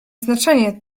znaczenie